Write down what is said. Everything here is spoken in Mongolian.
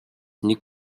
нэг